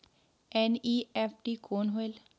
NEFT कौन होएल?